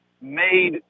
made